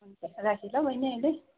हुन्छ राखेँ ल बैनी अहिले